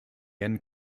end